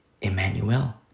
Emmanuel